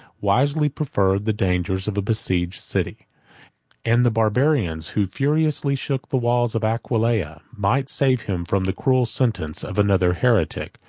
wisely preferred the dangers of a besieged city and the barbarians, who furiously shook the walls of aquileia, might save him from the cruel sentence of another heretic,